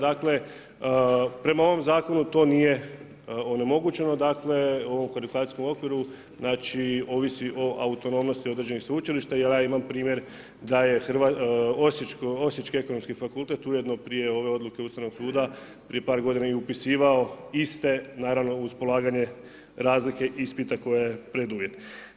Dakle prema ovom zakonu to nije onemogućeno, dakle u ovom kvalifikacijskom okviru ovisi o autonomnosti određenih sveučilišta jel ja imam primjer da je Osječki ekonomski fakultet ujedno prije ove odluke Ustavnog suda prije par godina upisivao iste naravno uz polaganje razlike ispita koje je preduvjet.